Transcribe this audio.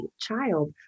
child